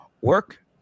work